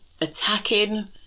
attacking